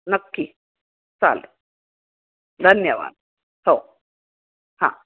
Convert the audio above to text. नक्की चालेल धन्यवाद हो हां